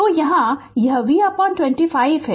तो यहाँ यह V25 है